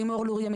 לימור לוריא,